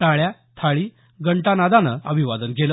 टाळ्या थाळी राजकीय नेते घंटानादाने अभिवादन केलं